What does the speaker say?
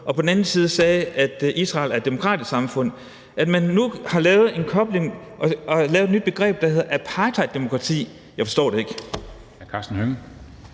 og på den anden sagde, at Israel er et demokratisk samfund. At man nu har lavet en kobling og lavet et nyt begreb, der hedder apartheiddemokrati, forstår jeg ikke.